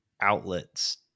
outlets